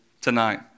tonight